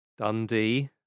Dundee